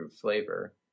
flavor